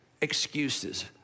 excuses